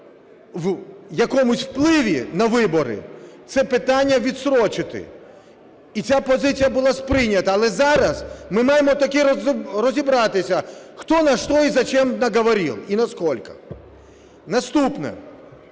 в якомусь впливі на вибори, це питання відстрочити. І ця позиція була сприйнята. Але зараз ми маємо таки розібратися, кто, на что и зачем наговорил, и на сколько. Наступне: